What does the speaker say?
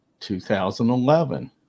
2011